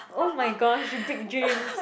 oh my gosh big dreams